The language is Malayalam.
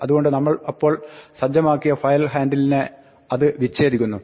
അതുകൊണ്ട് നമ്മൾ അപ്പോൾ സജ്ജമാക്കിയ ഫയൽ ഹാൻഡിലിനെ അത് വിച്ഛേദിക്കുന്നു